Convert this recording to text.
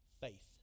faith